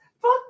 Fuck